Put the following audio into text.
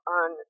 on